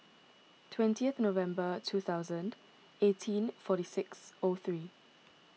twentieth November two thousand eighteen forty six O three